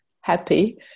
happy